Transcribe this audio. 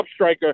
Upstriker